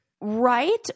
right